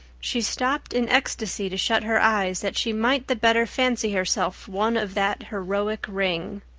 she stopped in ecstasy to shut her eyes that she might the better fancy herself one of that heroic ring.